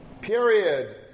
period